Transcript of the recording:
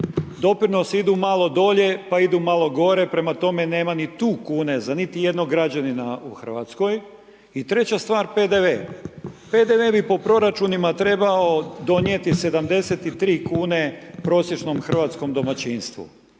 Doprinosi idu malo dolje pa idu malo gore, prema tome, nema ni tu kune za niti jednog građanina u Hrvatskoj. I treća stvar PDV. PDV bi po proračuna trebao donijeti 73 kune prosječnom hrvatskom domaćinstvu.